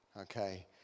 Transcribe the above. Okay